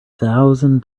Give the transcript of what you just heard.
thousand